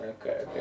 okay